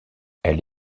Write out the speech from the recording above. elle